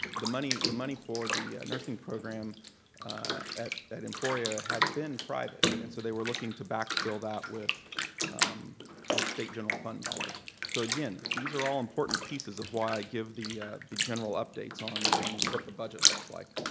the money the money for the nursing program at emporia had been private, and so they were looking to backfill that with with state general fund dollars. so, again, these are all important pieces of why i give the the general updates on on what the budget looks like.